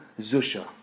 Zusha